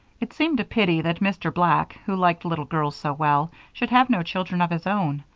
it seemed a pity that mr. black, who liked little girls so well, should have no children of his own.